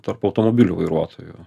tarp automobilių vairuotojų